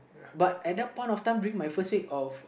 but at the point of time being my first week of